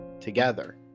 together